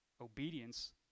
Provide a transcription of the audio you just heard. Obedience